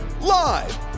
Live